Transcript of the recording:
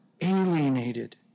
alienated